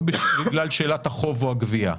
לא בגלל שאלת החוב או הגבייה.